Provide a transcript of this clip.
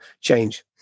change